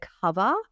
cover